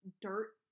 dirt